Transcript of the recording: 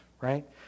right